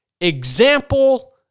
example